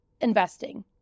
investing